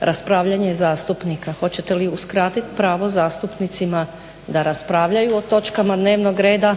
raspravljanje zastupnika, hoćete li uskratiti pravo zastupnicima da raspravljaju o točkama dnevnog reda?